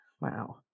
wow